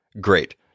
great